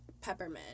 peppermint